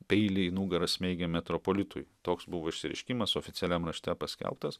peilį į nugarą smeigiam metropolitui toks buvo išsireiškimas oficialiam rašte paskelbtas